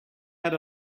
had